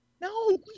No